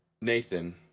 Nathan